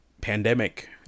pandemic